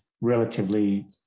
relatively